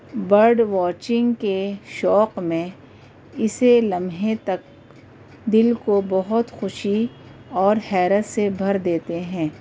bird watching کے شوق میں اسے لمحے تک دل کو بہت خوشی اور حیرت سے بھر دیتے ہیں